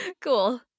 Cool